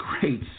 great